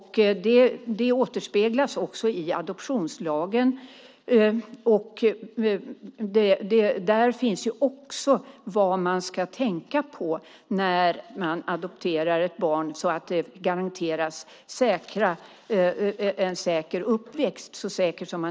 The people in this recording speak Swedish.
Det återspeglas också i adoptionslagen. Där framgår också vad man ska tänka på när man adopterar ett barn, så att det garanteras en säker uppväxt.